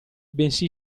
bensì